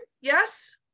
Yes